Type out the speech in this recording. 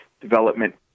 development